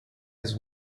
his